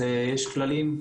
יש כללים,